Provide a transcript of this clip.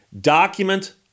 document